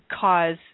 cause